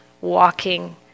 walking